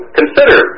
consider